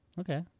Okay